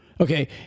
Okay